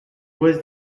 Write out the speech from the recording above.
was